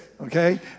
okay